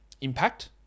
impact